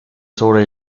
sobre